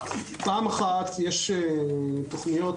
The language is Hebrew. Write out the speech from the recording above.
יש תוכניות